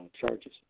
charges